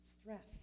stress